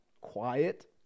quiet